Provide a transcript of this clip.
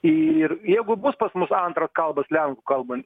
ir jeigu bus pas mus antra kalba lenkų kalba